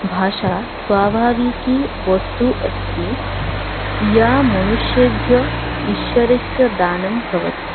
भाषा स्वभाविकीवस्तु अस्ति या मनुष्येभ्यः ईश्वरस्य दानं भवति